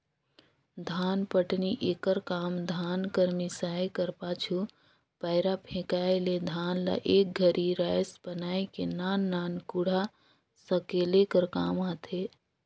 धानपटनी एकर काम धान कर मिसाए कर पाछू, पैरा फेकाए ले धान ल एक घरी राएस बनाए के नान नान कूढ़ा सकेले कर काम आथे